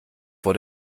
vor